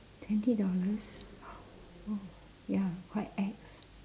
twenty dollars ya quite ex